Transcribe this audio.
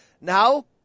Now